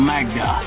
Magda